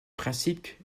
principe